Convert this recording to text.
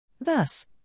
Thus